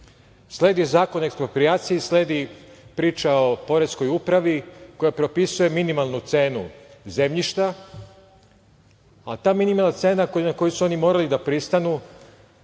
Zakon o eksproprijaciji, sledi priča o poreskoj upravi koja propisuje minimalnu cenu zemljišta, a ta minimalna cena na koju su oni morali da pristanu,